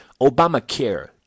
Obamacare